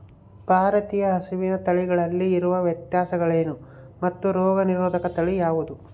ಭಾರತೇಯ ಹಸುವಿನ ತಳಿಗಳಲ್ಲಿ ಇರುವ ವ್ಯತ್ಯಾಸಗಳೇನು ಮತ್ತು ರೋಗನಿರೋಧಕ ತಳಿ ಯಾವುದು?